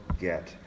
get